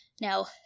Now